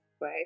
right